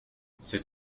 c’est